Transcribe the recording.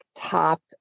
top